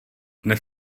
dnes